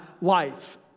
life